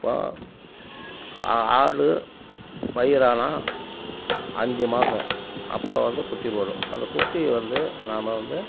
இப்போது ஆடு பயிரானால் அஞ்சு மாதம் அப்போ வந்து குட்டி போடும் அந்தக் குட்டி வந்து நாம் வந்து